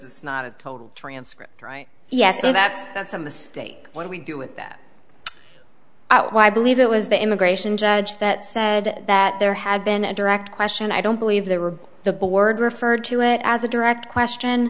it's not a total transcript right yes that's that's a mistake when we deal with that oh i believe it was the immigration judge that said that there had been a direct question i don't believe there were the board referred to it as a direct question